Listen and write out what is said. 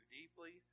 deeply